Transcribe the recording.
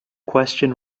question